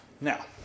Now